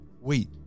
Wait